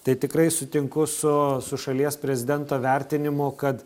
tai tikrai sutinku su su šalies prezidento vertinimu kad